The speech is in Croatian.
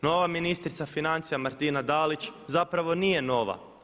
Nova ministrica financija Martina Dalić zapravo nije nova.